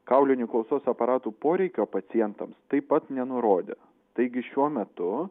kaulinių klausos aparatų poreikio pacientams taip pat nenurodė taigi šiuo metu